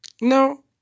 No